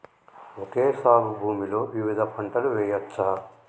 Okay సాగు భూమిలో వివిధ పంటలు వెయ్యచ్చా?